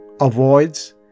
avoids